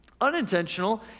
Unintentional